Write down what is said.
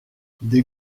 des